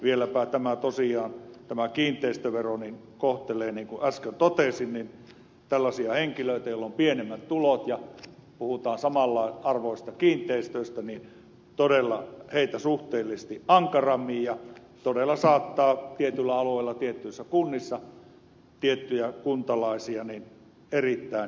vieläpä tosiaan niin kuin äsken totesin kiinteistövero kohtelee kun puhutaan saman arvoisista kiinteistöistä tällaisia henkilöitä joilla on pienemmät tulot ja puuta samalla harvoista kiinteistostani todella suhteellisesti ankarammin ja todella saattaa tietyllä alueella tietyissä kunnissa tiettyjä kuntalaisia erittäin